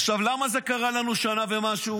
עכשיו, למה זה קרה לנו שנה ומשהו?